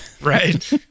right